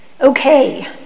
Okay